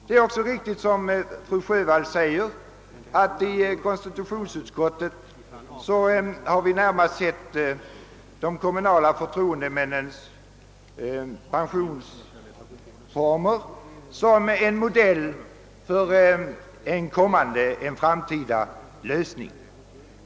Det är också riktigt, som fru Sjövall säger, att vi i konstitutionsutskottet närmast sett de kommunala förtroendemännens pensionsformer som en modell för en framtida lösning.